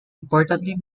importantly